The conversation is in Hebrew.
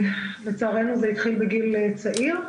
לצערנו זה התחיל בגיל צעיר.